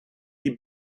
die